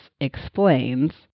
explains